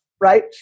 right